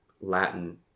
Latin